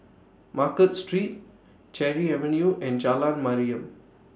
Market Street Cherry Avenue and Jalan Mariam